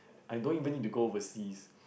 I don't even need to go overseas